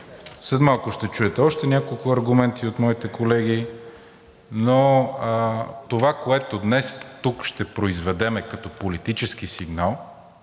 След малко ще чуете още няколко аргумента от моите колеги. Но това, което днес тук ще произведем като политически сигнал,